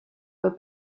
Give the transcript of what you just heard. were